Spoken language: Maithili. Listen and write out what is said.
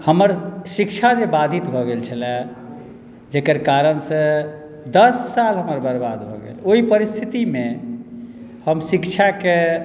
हमर शिक्षा जे बाधित भऽ गेल छलए जेकर कारण सॅं दस साल हमर बर्बाद भऽ गेल ओहि परिस्थितिमे हम शिक्षाकेँ